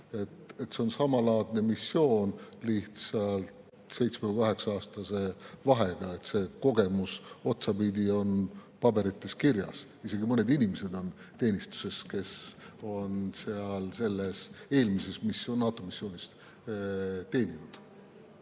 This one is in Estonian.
Nüüd on samalaadne missioon, lihtsalt 7–8-aastase vahega. See kogemus otsapidi on paberites kirjas. Isegi mõned inimesed on teenistuses, kes on selles eelmises NATO missioonis teeninud.